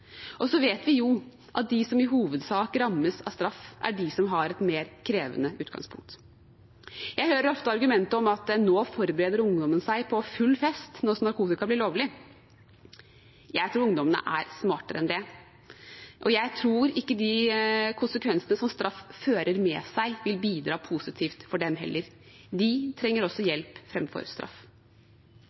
Og så vet vi jo at de som i hovedsak rammes av straff, er de som har et mer krevende utgangspunkt. Jeg hører ofte argumentet om at ungdommene forbereder seg på full fest nå som narkotika blir lovlig. Jeg tror at ungdommene er smartere enn det, og jeg tror ikke at de konsekvensene som straff fører med seg, vil bidra positivt for dem heller. De trenger også hjelp framfor straff.